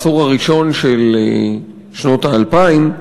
העשור הראשון של שנות האלפיים,